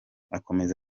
akomeza